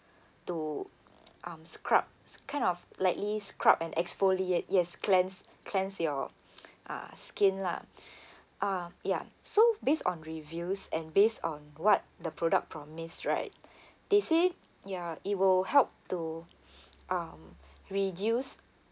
to um scrubs kind of lightly scrub and exfoliate yes cleanse cleanse your uh skin lah ah ya so based on reviews and based on what the product promise right they say ya it will help to um reduce